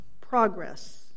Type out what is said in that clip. progress